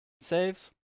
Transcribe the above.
saves